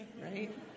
Right